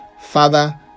Father